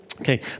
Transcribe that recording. Okay